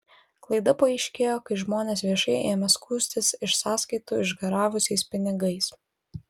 klaida paaiškėjo kai žmonės viešai ėmė skųstis iš sąskaitų išgaravusiais pinigais